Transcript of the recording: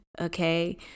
Okay